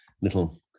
little